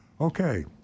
okay